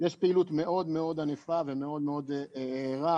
יש פעילות מאוד מאוד ענפה ומאוד מאוד ערה,